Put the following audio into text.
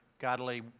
godly